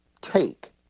Take